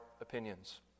opinions